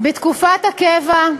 בתקופת הקבע,